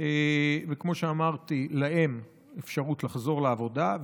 ולאם, כמו שאמרתי, אפשרות לחזור לעבודה.